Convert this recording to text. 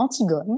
Antigone